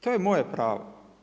To je moje pravo.